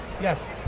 Yes